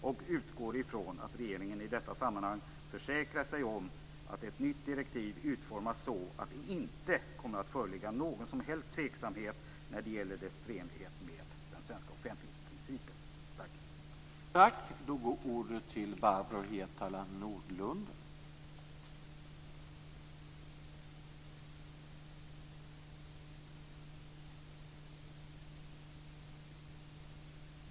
Jag utgår från att regeringen i detta sammanhang försäkrar sig om att ett nytt direktiv utformas så att det inte kommer att föreligga någon som helst tveksamhet när det gäller dess förenlighet med den svenska offentlighetsprincipen.